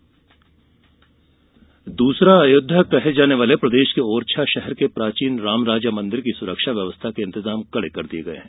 ओरछा सुरक्षा दूसरा अयोध्या कहे जाने वाले प्रदेश के ओरछा शहर के प्राचीन राम राजा मंदिर की सुरक्षा व्यवस्था के इंतजाम कड़े कर दिए गए हैं